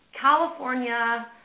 California